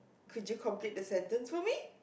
could you complete the sentence for me